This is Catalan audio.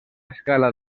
escala